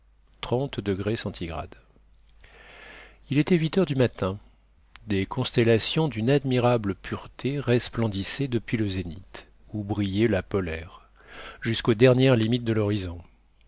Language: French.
il était huit heures du matin des constellations d'une admirable pureté resplendissaient depuis le zénith où brillait la polaire jusqu'aux dernières limites de l'horizon